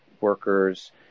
workers